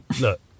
look